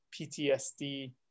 ptsd